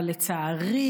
אבל לצערי